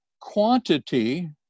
quantity